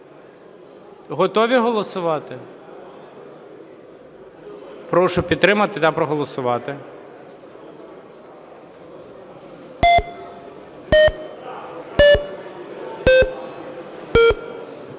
Готові голосувати? Прошу підтримати та проголосувати.